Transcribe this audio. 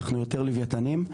לווייתן.